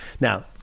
now